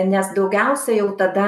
nes daugiausiai jau tada